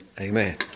Amen